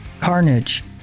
Carnage